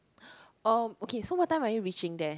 oh okay so what time are you reaching there